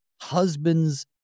husband's